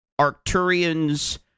Arcturians